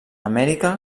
amèrica